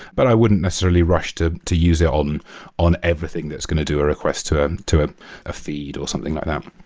but i wouldn't necessarily rush to to use it on on everything that's going to do a request to to ah a feed or something like that.